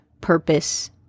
purpose